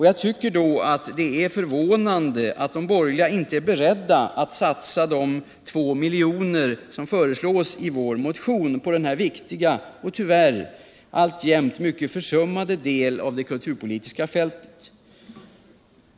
Jag tycker då alt det är förvånande att de borgerliga inte är beredda att satsa de 2 milj.kr. som vi föreslår i vår motion för denna viktiga och tyvärr alltjämt mycket försummade del av det kulturpolitiska fältet.